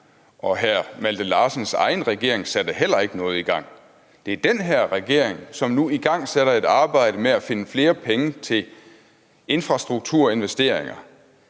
og hr. Malte Larsens egen regering satte heller ikke noget i gang. Det er den her regering, som nu igangsætter et arbejde med at finde flere penge til infrastrukturinvesteringer,